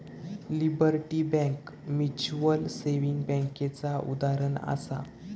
liberty bank mutual saving बैंकेचा उदाहरणं आसा